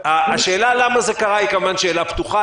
השאלה למה זה קרה היא כמובן שאלה פתוחה.